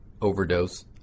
overdose